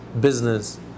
business